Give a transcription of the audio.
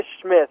Smith